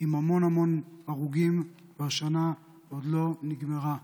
עם המון המון הרוגים, והשנה עוד לא נגמרה.